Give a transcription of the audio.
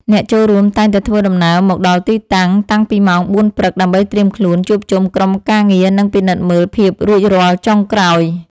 អ្នកចូលរួមតែងតែធ្វើដំណើរមកដល់ទីតាំង តាំងពីម៉ោង ៤ ព្រឹក ដើម្បីត្រៀមខ្លួន ជួបជុំក្រុមការងារ និងពិនិត្យមើលភាពរួចរាល់ចុងក្រោយ។